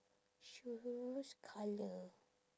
shoes colour